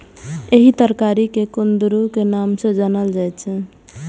एहि तरकारी कें कुंदरू के नाम सं जानल जाइ छै